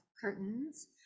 curtains